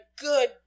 good